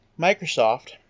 Microsoft